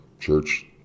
church